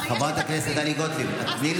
והרי יש לי תקציב,